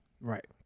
Right